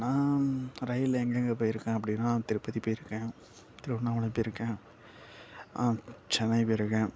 நான் ரயிலில் எங்கேங்க போயிருக்கன் அப்படினா திருப்பதி போயிருக்கேன் திருவண்ணாமலை போயிருக்கேன் சென்னை போயிருக்கேன்